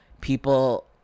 people